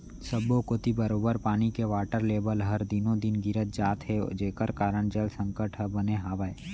सब्बो कोती बरोबर पानी के वाटर लेबल हर दिनों दिन गिरत जात हे जेकर कारन जल संकट ह बने हावय